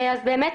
אז באמת,